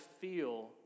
feel